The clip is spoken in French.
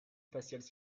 spatiales